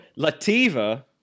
Lativa